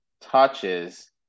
touches